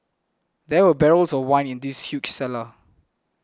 there were barrels of wine in this huge cellar